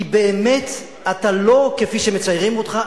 כי אתה לא באמת כפי שמציירים אותך.